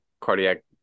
cardiac